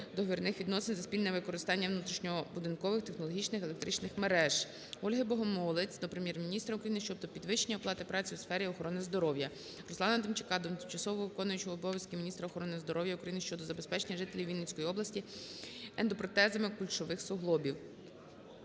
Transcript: договірних відносин за спільне використання внутрішньобудинкових технологічних електричних мереж. Ольги Богомолець до Прем'єр-міністра України щодо підвищення оплати праці у сфері охорони здоров'я. Руслана Демчака до тимчасово виконуючого обов'язки міністра охорони здоров'я України щодо забезпечення жителів Вінницької області ендопротезами кульшових суглобів.